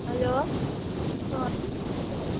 हलो अँ के गर्दैछौ